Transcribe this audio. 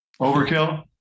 Overkill